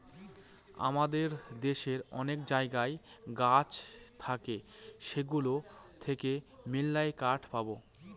আমাদের দেশে অনেক জায়গায় গাছ থাকে সেগুলো থেকে মেললাই কাঠ পাবো